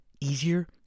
easier